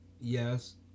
yes